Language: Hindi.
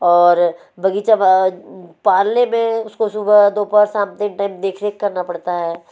और बगीचा बा पालने में उसको सुबह दोपहर शाम तीन टाइम देख रेख करना पड़ता है